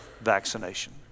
vaccination